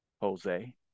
Jose